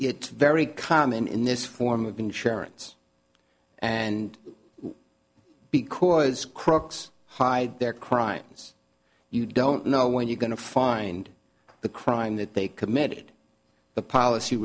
it's very common in this form of insurance and because crooks hide their crimes you don't know when you're going to find the crime that they committed the policy